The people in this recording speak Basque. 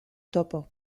topo